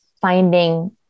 finding